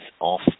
off